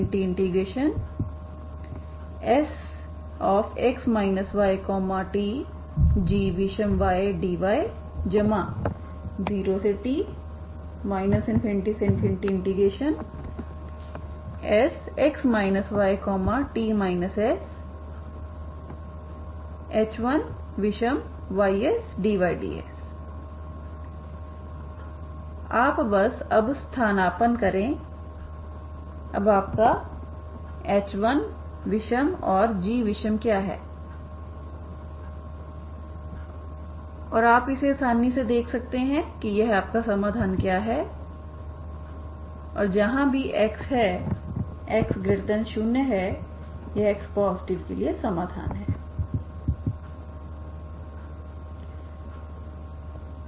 x0 ∞Sx ytg विषमydy0t ∞Sx yt sh1 विषमysdyds आप बस अब स्थानापन्न करें अब आपका h1विषम और gविषम क्या है और आप इसे आसानी से देख सकते हैं कि यह आपका समाधान क्या है और जहां भी x है x0 है यह x पॉजिटिव के लिए समाधान है